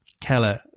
Keller